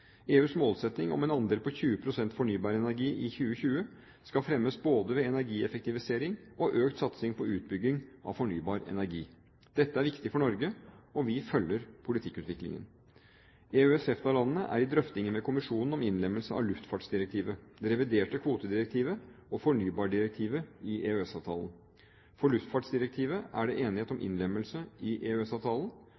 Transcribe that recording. EUs målsetting om en andel på 20 pst. fornybar energi i 2020 skal fremmes både ved energieffektivisering og økt satsing på utbygging av fornybar energi. Dette er viktig for Norge, og vi følger politikkutviklingen. EØS/EFTA-landene er i drøftinger med kommisjonen om innlemmelse av luftfartsdirektivet, det reviderte kvotedirektivet og fornybardirektivet i EØS-avtalen. For luftfartsdirektivet er det enighet om